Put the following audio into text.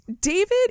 David